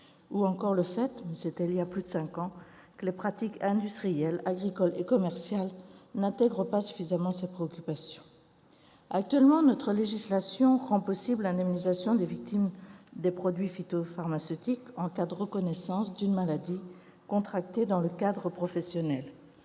ou encore, le fait, mais c'était il y a plus de cinq ans, que les pratiques industrielles, agricoles et commerciales n'intègrent pas suffisamment ces préoccupations. Actuellement, notre législation rend possible l'indemnisation des victimes des produits phytopharmaceutiques en cas de reconnaissance d'une maladie contractée dans le cadre professionnel.